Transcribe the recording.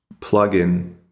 plugin